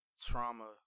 trauma